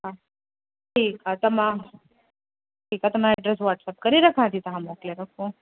हा ठीकु आहे त मां ठीकु आहे त मां एड्रेस वाट्सअप करे रखां थी तव्हां मोकिले रखो